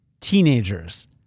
teenagers